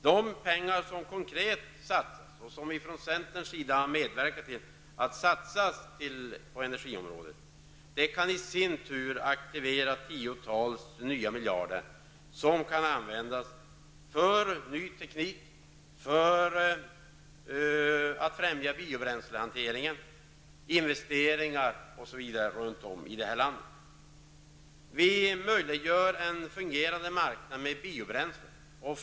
De pengar som konkret satsas, och som vi från centerns sida har medverkat till skall satsas på energiområdet, kan i sin tur aktivera tiotals nya miljarder som kan användas för ny teknik, för att främja hanteringen av biobränslen, för andra investeringar osv. runt om i landet. Vi möjliggör en fungerande marknad med biobränslen.